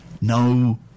no